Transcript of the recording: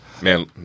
Man